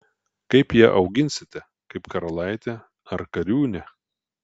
kaip ją auginsite kaip karalaitę ar kariūnę